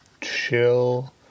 chill